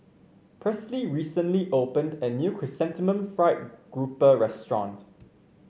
Presley recently opened a new Chrysanthemum Fried Grouper restaurant